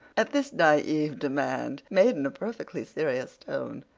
at this naive demand, made in a perfectly serious tone,